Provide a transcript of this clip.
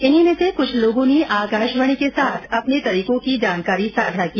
इन्हीं में से कुछ लोगों ने आकाशवाणी के साथ अपने तरीकों की जानकारी साझा की